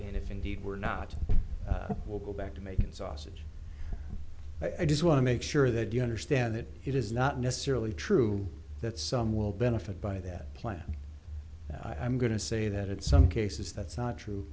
and if indeed we're not we'll go back to making sausage i just want to make sure that you understand that it is not necessarily true that some will benefit by that plan i'm going to say that at some cases that's not true